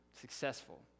successful